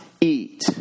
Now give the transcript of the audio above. eat